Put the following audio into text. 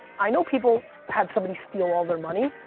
i know people had somebody steal all their money,